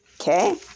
Okay